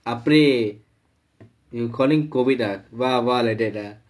அப்படியே:appadiyae you calling COVID ah வா வா:vaa vaa like that ah